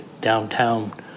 downtown